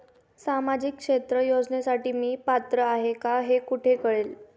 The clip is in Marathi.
सामाजिक क्षेत्र योजनेसाठी मी पात्र आहे का हे कुठे कळेल?